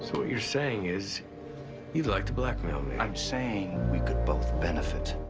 so what you're saying is you'd like to blackmail me. i'm saying we could both benefit.